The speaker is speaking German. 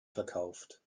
verkauft